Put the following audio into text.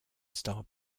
star